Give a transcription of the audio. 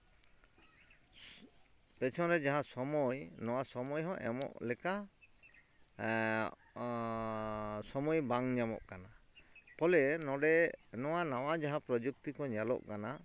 ᱯᱮᱪᱷᱚᱱ ᱨᱮ ᱡᱟᱦᱟᱸ ᱥᱚᱢᱚᱭ ᱱᱚᱣᱟ ᱥᱚᱢᱚᱭ ᱦᱚᱸ ᱮᱢᱚᱜ ᱞᱮᱠᱟ ᱥᱚᱢᱚᱭ ᱵᱟᱝ ᱧᱟᱢᱚᱜ ᱠᱟᱱᱟ ᱯᱷᱚᱞᱮ ᱱᱚᱸᱰᱮ ᱱᱚᱣᱟ ᱱᱟᱣᱟ ᱡᱟᱦᱟᱸ ᱯᱨᱚᱡᱩᱠᱛᱤ ᱠᱚ ᱧᱮᱞᱚᱜ ᱠᱟᱱᱟ